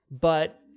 But-